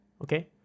Okay